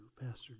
Pastor